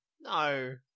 No